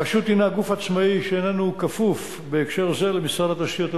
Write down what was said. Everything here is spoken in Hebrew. הרשות הינה גוף עצמאי שאיננו כפוף בהקשר זה למשרד התשתיות הלאומיות.